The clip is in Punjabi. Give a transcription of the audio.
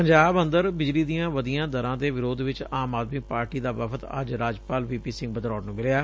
ਪੰਜਾਬ ਅੰਦਰ ਬਿਜਲੀ ਦੀਆਂ ਵਧੀਆਂ ਦਰਾਂ ਦੇ ਵਿਰੋਧ ਵਿੱਚ ਆਮ ਆਦਮੀ ਪਾਰਟੀ ਦਾ ਵਫਦ ਅੱਜ ਰਾਜਪਾਲ ਵੀ ਪੀ ਸਿੰਘ ਬਦਨੌਰ ਨੂੰ ਮਿਲਿਆ